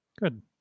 Good